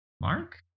Mark